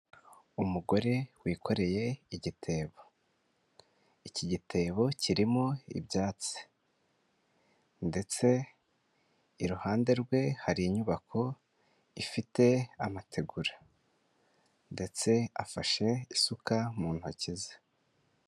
Umugore wikoreye igitebo, iki gitebo kirimo ibyatsi ndetse iruhande rwe hari inyubako ifite amategura, ndetse afashe isuka mu ntoki ze.